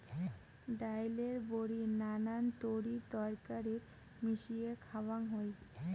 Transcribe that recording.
ডাইলের বড়ি নানান তরিতরকারিত মিশিয়া খাওয়াং হই